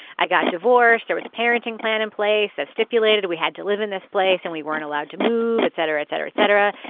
i got divorced. there was a parenting plan in place that stipulated we had to live in this place and we weren't allowed to move, etc, etc, etc.